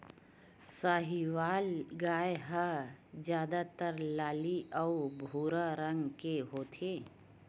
साहीवाल गाय ह जादातर लाली अउ भूरवा रंग के होथे